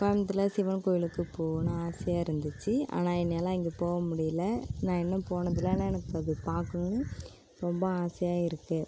கோயம்பத்தூரில் சிவன் கோவிலுக்கு போகணும் ஆசையாக இருந்துச்சு ஆனால் என்னால் அங்கே போக முடியலை நான் இன்னும் போனதில்லை ஆனால் எனக்கு அது பார்க்கணுன்னு ரொம்ப ஆசையாக இருக்குது